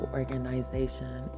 organization